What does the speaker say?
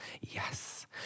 Yes